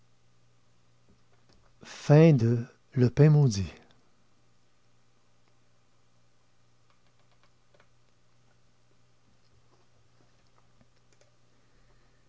annonça le pain maudit